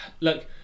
Look